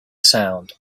sound